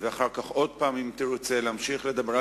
ואחר כך שוב, אם תרצה להמשיך לדבר.